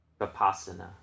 Vipassana